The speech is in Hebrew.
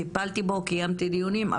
טיפלתי בו וקיימתי דיונים,